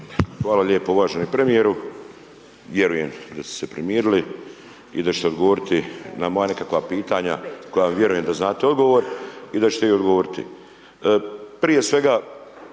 Hvala lijepo uvaženi premijeru. Vjerujem da ste se primirili i da ćete odgovoriti na moja nekakva pitanja koja vjerujem da znate odgovor i da ćete ih odgovoriti. Prije svega,